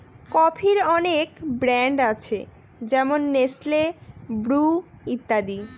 কফির অনেক ব্র্যান্ড আছে যেমন নেসলে, ব্রু ইত্যাদি